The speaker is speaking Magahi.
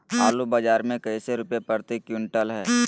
आलू बाजार मे कैसे रुपए प्रति क्विंटल है?